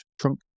trunk